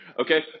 Okay